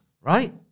right